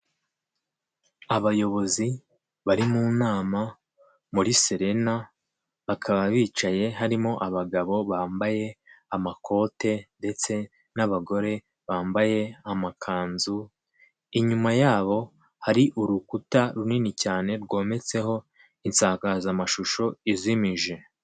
Abayobozi bari mu nama muri serena bakaba bicaye harimo abagabo bambaye amakote ndetse n'abagore bambaye amakanzu, inyuma yabo hari urukuta runini cyane rwometseho insakazamashusho izimije.